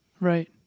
Right